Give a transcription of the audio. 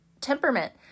temperament